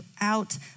out